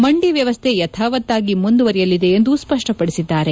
ಮಂಡಿ ವ್ಯವಸ್ಥೆ ಯಥಾವತ್ತಾಗಿ ಮುಂದುವರೆಯಲಿದೆ ಎಂದು ಸ್ವಷ್ವಪಡಿಸಿದ್ದಾರೆ